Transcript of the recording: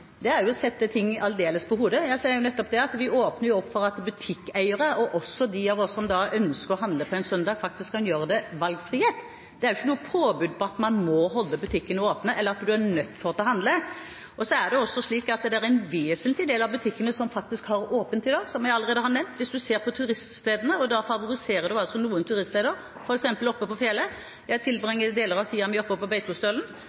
Det er jo å sette ting aldeles på hodet. Jeg sa jo nettopp at vi åpner opp for at butikkeiere og de av oss som ønsker å handle på en søndag, får valgfrihet. Det er ikke noe påbud om at man må holde butikkene åpne, eller at man er nødt til å handle. Det er også slik i dag at en vesentlig del av butikkene faktisk har åpent på søndager, som jeg allerede har nevnt, hvis en ser på turiststedene. Og da favoriserer en altså noen turiststeder, f.eks. på fjellet. Jeg tilbringer deler av tiden min på Beitostølen,